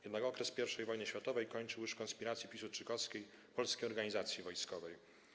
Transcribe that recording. Jednak okres I wojny światowej kończył już w konspiracji piłsudczykowskiej Polskiej Organizacji Wojskowej.